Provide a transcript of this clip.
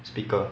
speaker